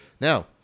now